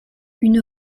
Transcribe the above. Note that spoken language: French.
une